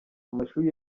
amashuri